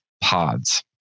pods